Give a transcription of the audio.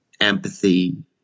empathy